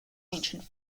ancient